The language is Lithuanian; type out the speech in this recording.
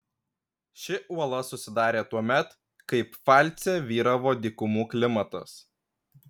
ši uola susidarė tuomet kai pfalce vyravo dykumų klimatas